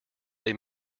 they